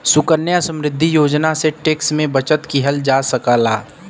सुकन्या समृद्धि योजना से टैक्स में बचत किहल जा सकला